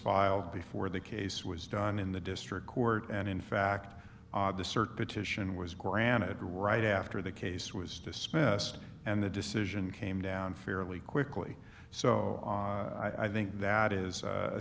filed before the case was done in the district court and in fact the certitude and was granted right after the case was dismissed and the decision came down fairly quickly so i think that is a